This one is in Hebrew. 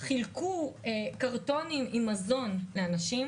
קרטונים עם מזון לאנשים,